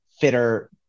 fitter